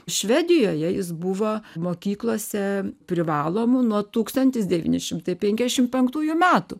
švedijoje jis buvo mokyklose privalomu nuo tūkstantis devyni šimtai penkiasdešimt penktųjų metų